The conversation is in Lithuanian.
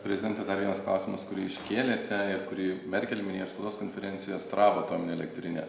prezidente dar vienas klausimas kurį iškėlėte ir kurį merkel minėjo ir spaudos konferencijoj astravo atominė elektrinė